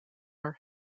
are